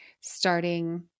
starting